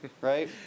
Right